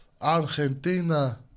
Argentina